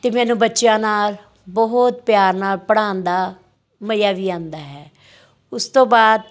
ਅਤੇ ਮੈਨੂੰ ਬੱਚਿਆਂ ਨਾਲ ਬਹੁਤ ਪਿਆਰ ਨਾਲ ਪੜ੍ਹਾਉਣ ਦਾ ਮਜ਼ਾ ਵੀ ਆਉਂਦਾ ਹੈ ਉਸ ਤੋਂ ਬਾਅਦ